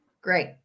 Great